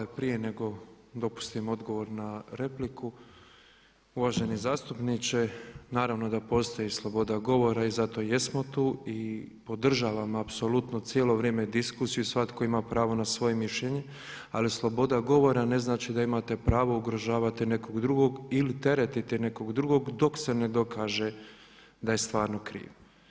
I prije nego dopustim odgovor na repliku, uvaženi zastupnice, naravno da postoji sloboda govora i zato i jesmo tu i podržavam apsolutno cijelo vrijeme diskusiju i svatko ima pravo na svoje mišljenje ali sloboda govora ne znači da imate pravo ugrožavati nekog drugog ili teretiti nekog drugog dok se ne dokaže da je stvarno kriv.